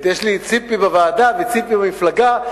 יש לי ציפי בוועדה וציפי במפלגה,